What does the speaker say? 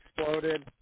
exploded